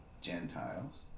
Gentiles